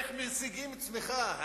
איך משיגים צמיחה,